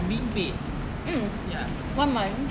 hmm one month